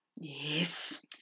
Yes